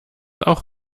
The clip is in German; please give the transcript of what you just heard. auch